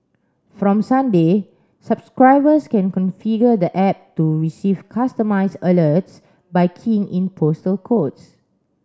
from Sunday subscribers can configure the app to receive customised alerts by keying in postal codes